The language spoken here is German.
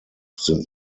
sind